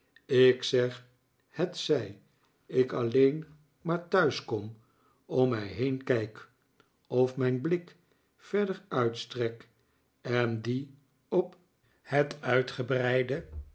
ik zeg hetzij ik alleen maar thuis om mij heen kijk of mijn blik verder uitstrek en dien op het